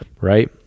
right